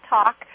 Talk